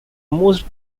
most